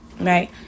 right